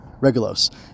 Regulos